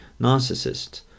narcissists